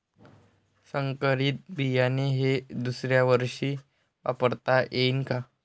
संकरीत बियाणे हे दुसऱ्यावर्षी वापरता येईन का?